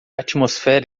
atmosfera